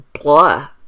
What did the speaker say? blah